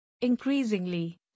increasingly